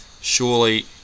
surely